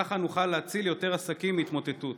ככה נוכל להציל יותר עסקים מהתמוטטות.